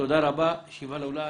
תודה רבה, הישיבה נעולה.